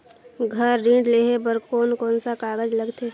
घर ऋण लेहे बार कोन कोन सा कागज लगथे?